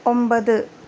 ഒമ്പത്